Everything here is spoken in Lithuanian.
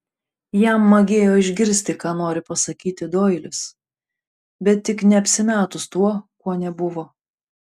jam magėjo išgirsti ką nori pasakyti doilis bet tik ne apsimetus tuo kuo nebuvo